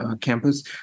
campus